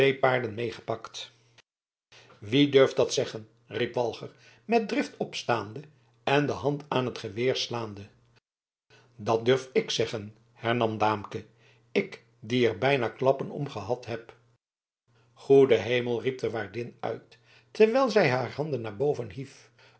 paarden meegepakt wie durft dat zeggen riep walger met drift opstaande en de hand aan het geweer slaande dat durf ik zeggen hernam daamke ik die er bijna klappen om gehad heb goede hemel riep de waardin uit terwijl zij haar handen naar boven hief